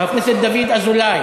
חבר הכנסת דוד אזולאי,